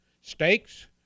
steaks